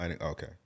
okay